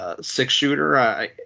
six-shooter